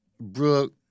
Brooke